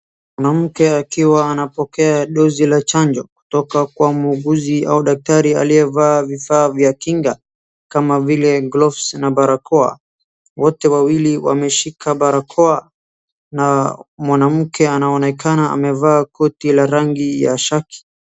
Mwanamke akiwa anapokea dosi la chanjo kutoka kwa muuguzi au daktari aliyevaa vifaa vya kinga kama vile gloves na barakoa. Wote wawili wameshika barakoa na mwanamke anaonekana amevaa koti la rangi ya shaki.